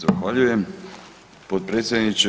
Zahvaljujem, potpredsjedniče.